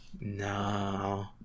No